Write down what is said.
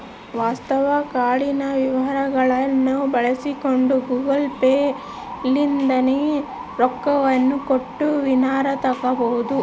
ವಾಸ್ತವ ಕಾರ್ಡಿನ ವಿವರಗಳ್ನ ಬಳಸಿಕೊಂಡು ಗೂಗಲ್ ಪೇ ಲಿಸಿಂದ ರೊಕ್ಕವನ್ನ ಕೊಟ್ಟು ಎನಾರ ತಗಬೊದು